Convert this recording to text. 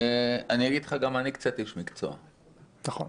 גם אני קצת איש מקצוע -- נכון.